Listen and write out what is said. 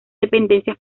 dependencias